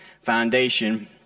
foundation